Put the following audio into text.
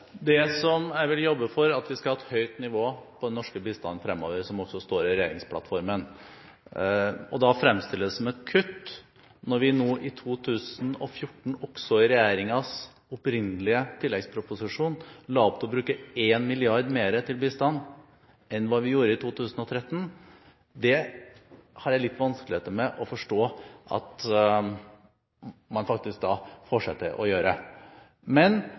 jeg vil jobbe for, er at vi skal ha et høyt nivå på den norske bistanden fremover, som det også står i regjeringsplattformen. Å fremstille det som et kutt når vi nå for 2014 i regjeringens tilleggsproposisjon la opp til å bruke 1 mrd. kr mer til bistand enn hva vi gjorde i 2013, har jeg litt vanskeligheter med å forstå at man får seg til å gjøre.